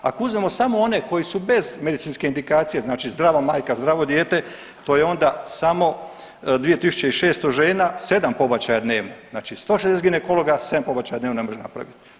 Ako uzmemo samo one koji su bez medicinske indikacije, znači zdrava majka, zdravo dijete to je onda samo 2.600 žena 7 pobačaja dnevno, znači 160 ginekologa 7 pobačaja dnevno ne može napravit.